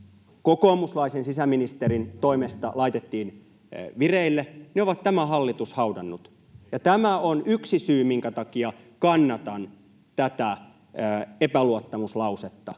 kokoomuslaisen sisäministerin toimesta laitettiin vireille, on tämä hallitus haudannut. Ja tämä on yksi syy, minkä takia kannatan tätä epäluottamuslausetta.